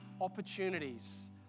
opportunities